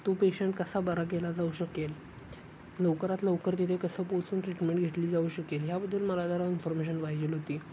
तो पेशंट कसा बरा केला जाऊ शकेल लवकरात लवकर तिथे कसं पोहचून ट्रीटमेंट घेतली जाऊ शकेल ह्याबद्दल मला जरा इन्फॉर्मेशन व्हायजेल होती